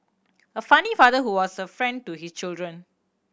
a funny father who was a friend to his children